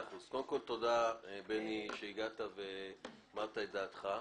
קודם כול, תודה, בני, שהגעת ואמרת את דעתך.